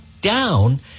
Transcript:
down